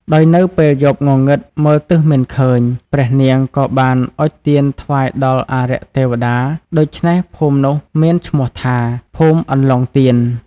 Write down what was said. ដោយនៅពេលយប់ងងឹតមើលទិសមិនឃើញ ព្រះនាងក៏បានអុជទៀនថ្វាយដល់អារក្សទេវតា ដូច្នេះភូមិនោះមានឈ្មោះថា ភូមិអន្លង់ទៀន។